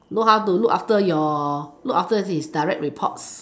know how to look after your look after the direct reports